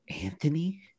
Anthony